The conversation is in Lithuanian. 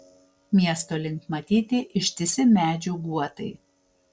miesto link matyti ištisi medžių guotai